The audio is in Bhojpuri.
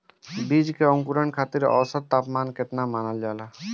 बीज के अंकुरण खातिर औसत तापमान केतना मानल जाला?